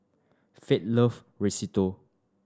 Faith loves Risotto